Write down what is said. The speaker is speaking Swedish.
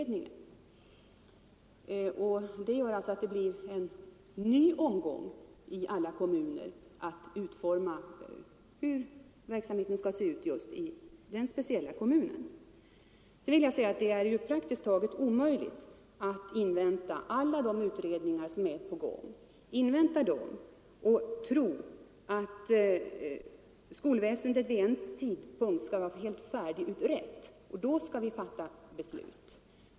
Det gör alltså att det blir en ny omgång i alla kommuner för att bestämma hur verkligheten skall se ut just i den egna kommunen. Det är praktiskt taget omöjligt att invänta alla de utredningar som pågår och tro att skolväsendet vid en tidpunkt skall vara helt färdigutrett och att vi då skall fatta beslut.